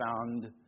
found